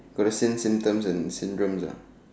got the same symptoms and syndromes lah